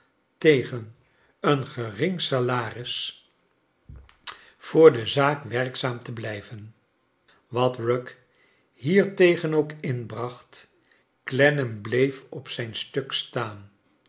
tegen een gering salaris voor de zaak werkzaam te blijven wat rugg hiertegen ook inbracht clennam bleef op zijn stuk staan